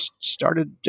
started